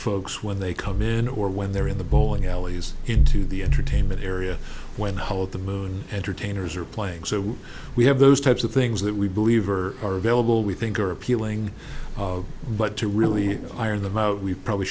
folks when they come in or when they're in the bowling alleys into the entertainment area when the whole of the moon entertainers are playing so we have those types of things that we believe are available we think are appealing but to really iron them out we probably